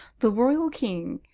the royal king,